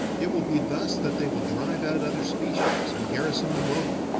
it will be thus that they will drive out other species, and garrison the globe.